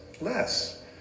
less